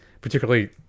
particularly